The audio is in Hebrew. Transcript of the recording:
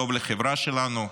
טוב לחברה שלנו.